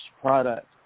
product